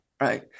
right